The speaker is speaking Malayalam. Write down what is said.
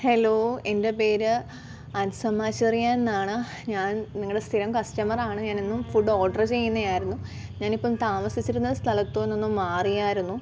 ഹലോ എൻ്റെ പേര് അൻസമ്മ ചെറിയാൻ എന്നാണ് ഞാൻ നിങ്ങളുടെ സ്ഥിരം കസ്റ്റമറാണ് ഞാൻ എന്നും ഫുഡ് ഓർഡർ ചെയ്യുന്നതായിരുന്നു ഞാനിപ്പം താമസിച്ചിരുന്ന സ്ഥലത്തു നിന്നും മാറിയായിരുന്നു